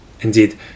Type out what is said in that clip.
Indeed